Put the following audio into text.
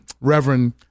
Reverend